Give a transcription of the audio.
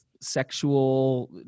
sexual